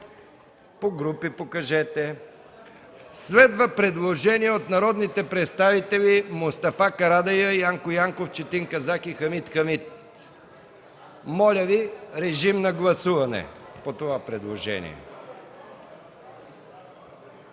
не е прието. Следва предложение от народните представители Мустафа Карадайъ, Янко Янков, Четин Казак и Хамид Хамид. Моля Ви, режим на гласуване. Гласували